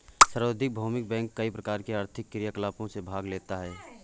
सार्वभौमिक बैंक कई प्रकार के आर्थिक क्रियाकलापों में भाग लेता है